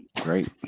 Great